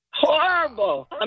Horrible